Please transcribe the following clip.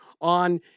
on